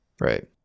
right